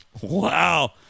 Wow